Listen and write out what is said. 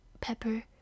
pepper